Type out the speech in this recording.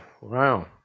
Wow